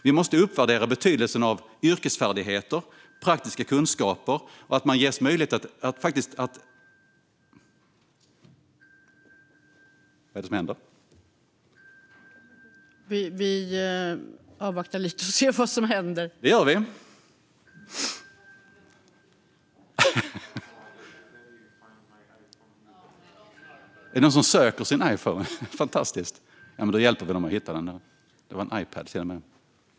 Vi måste uppvärdera betydelsen av yrkesfärdigheter och praktiska kunskaper och ge eleverna möjlighet att utveckla dessa förmågor i skolan.